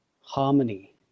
harmony